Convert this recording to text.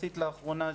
לאחרונה יחסית,